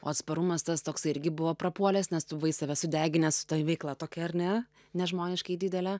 o atsparumas tas toksai irgi buvo prapuolęs nes tu buvai save sudeginęs su ta veikla tokia ar ne nežmoniškai didele